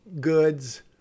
goods